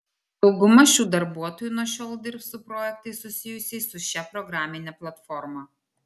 dauguma šių darbuotojų nuo šiol dirbs su projektais susijusiais su šia programine platforma